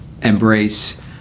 embrace